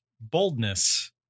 boldness